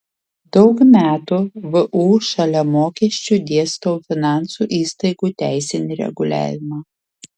daug metų vu šalia mokesčių dėstau finansų įstaigų teisinį reguliavimą